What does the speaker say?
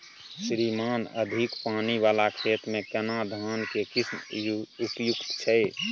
श्रीमान अधिक पानी वाला खेत में केना धान के किस्म उपयुक्त छैय?